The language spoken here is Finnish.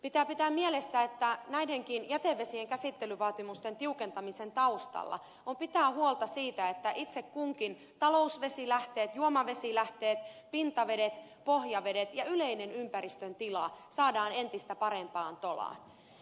pitää pitää mielessä että näidenkin jätevesien käsittelyvaatimusten tiukentamisen taustalla on se että on pidettävä huolta siitä että itse kunkin talousvesilähteet juomavesilähteet pintavedet pohjavedet ja yleinen ympäristön tila saadaan entistä parempaan tolaan